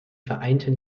vereinten